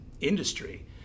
industry